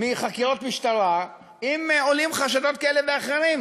מחקירות משטרה אם עולים חשדות כאלה ואחרים,